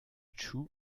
chu